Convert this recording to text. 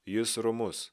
jis romus